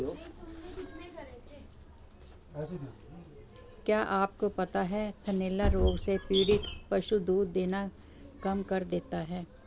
क्या आपको पता है थनैला रोग से पीड़ित पशु दूध देना कम कर देता है?